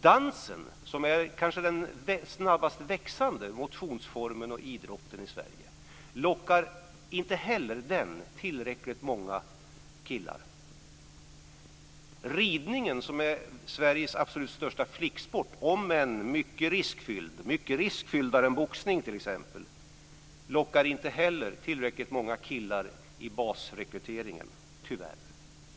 Dansen, som är den kanske snabbast växande motionsformen och idrotten i Sverige, lockar inte heller den tillräckligt många killar. Ridningen, som är Sveriges absolut största flicksport, om än mycket riskfylld, mycket mer riskfylld än t.ex. boxning, lockar inte heller tillräckligt många killar vid basrekryteringen, tyvärr.